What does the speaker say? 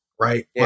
right